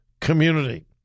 community